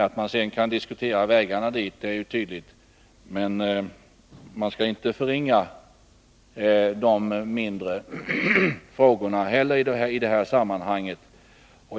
Att man sedan kan diskutera vägarna dit är tydligt, men man skall inte förringa de mindre frågorna i det här sammanhanget.